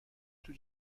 توی